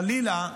חלילה,